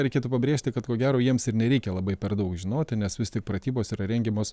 reikėtų pabrėžti kad ko gero jiems ir nereikia labai per daug žinoti nes vis tik pratybos yra rengiamos